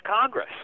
Congress